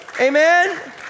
Amen